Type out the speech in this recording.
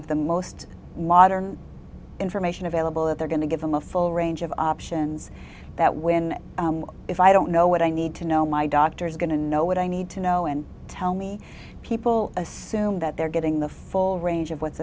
of the most modern information available that they're going to give them a full range of options that when if i don't know what i need to know my doctor is going to know what i need to know and tell me people assume that they're getting the full range of what's